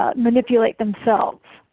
ah manipulate themselves?